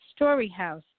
StoryHouse